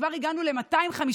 כבר הגענו ל-250,000,